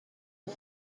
one